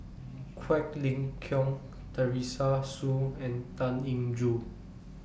Quek Ling Kiong Teresa Hsu and Tan Eng Joo